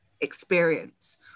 experience